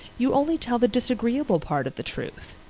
you only tell the disagreeable part of the truth.